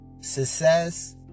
success